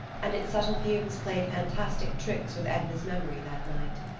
and its subtle fumes played fantastic tricks with edna's memory that night.